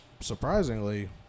surprisingly